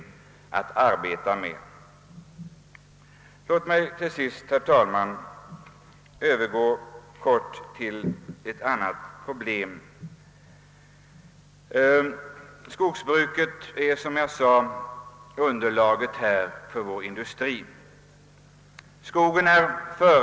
Låt mig till sist, herr talman, säga några ord om ett annat problem. Skogsbruket är, som jag sade, underlaget för vår industri.